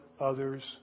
others